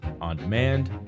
on-demand